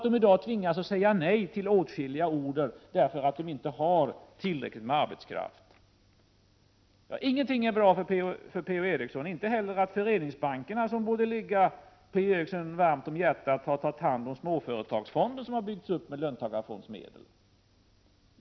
De tvingas i dag säga nej till åtskilliga order, därför att de inte har tillräckligt med arbetskraft. Ingenting är bra för Per-Ola Eriksson — inte heller att Föreningsbankerna, som borde ligga Per-Ola Eriksson varmt om hjärtat, har tagit hand om småföretagsfonden, som byggts upp av löntagarfondsmedel.